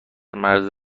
معرض